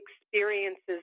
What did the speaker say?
experiences